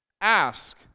Ask